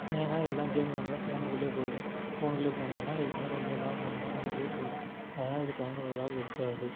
நேரம் எல்லா கேம் வெளையாண்டா ஃபோனுக்குள்ளே போய்டும் ஃபோனுக்குள்ளே போனீங்கன்னா எப்படினாலும் ரெண்டு மணிநேரம் மூணு மணிநேரம் அதுலேயே போய்டும் அதனால் இது பயனுள்ளதாக இருக்காது